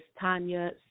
Tanya